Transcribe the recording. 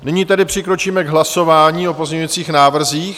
Nyní tedy přikročíme k hlasování o pozměňovacích návrzích.